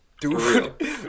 Dude